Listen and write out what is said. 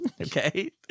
okay